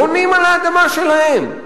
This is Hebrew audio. בונים על האדמה שלהם,